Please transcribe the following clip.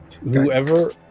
Whoever